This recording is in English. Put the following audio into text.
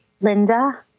Linda